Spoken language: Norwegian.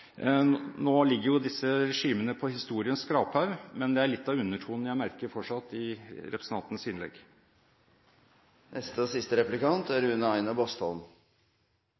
Nå ligger jo disse regimene på historiens skraphaug, men det er litt av undertonen jeg merker fortsatt i representantens innlegg. Diskusjonen om forholdet mellom fleksibilitet og fasthet i Grunnloven er